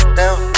down